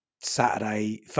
Saturday